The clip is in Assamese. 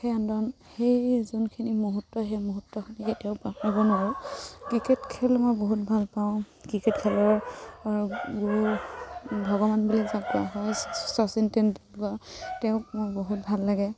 সেই আন্দন সেই যোনখিনি মুহূৰ্ত সেই মুহূৰ্তখিনি কেতিয়াও পাহৰিব নোৱাৰোঁ ক্ৰিকেট খেল মই বহুত ভাল পাওঁ ক্ৰিকেট খেলৰ গুৰু ভগৱান বুলি যাক কোৱা হয় শচীন তেণ্ডুলকাৰ তেওঁক মোৰ বহুত ভাল লাগে